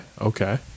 okay